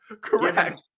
Correct